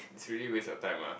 it's really waste your time lah